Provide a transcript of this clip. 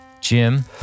Jim